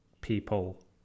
people